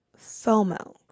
FOMO